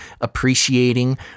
appreciating